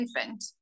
infant